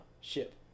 ship